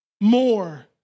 more